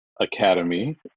Academy